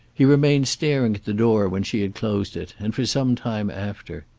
he remained staring at the door when she had closed it, and for some time after.